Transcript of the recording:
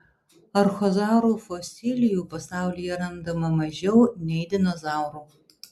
archozaurų fosilijų pasaulyje randama mažiau nei dinozaurų